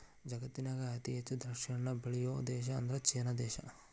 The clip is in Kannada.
ಜಗತ್ತಿನ್ಯಾಗ ಅತಿ ಹೆಚ್ಚ್ ದ್ರಾಕ್ಷಿಹಣ್ಣನ್ನ ಬೆಳಿಯೋ ದೇಶ ಅಂದ್ರ ಚೇನಾ ದೇಶ